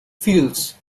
feels